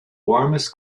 warmest